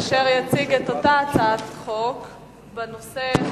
אשר יציג אותה הצעת חוק באותו נושא.